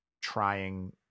trying